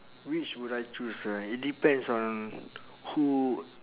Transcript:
which would I choose ah it depends on who